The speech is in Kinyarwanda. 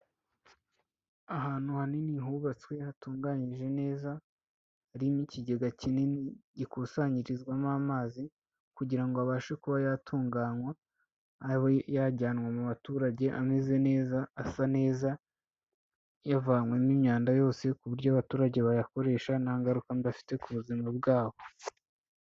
Ahantu hanini hubatswe hatunganyije neza, harimo ikigega kinini gikusanyirizwamo amazi kugira ngo abashe kuba yatunganywa, abe yajyanwa mu baturage ameze neza asa neza yavanywemo imyanda yose, ku buryo abaturage bayakoresha nta ngaruka afite ku buzima bwabo.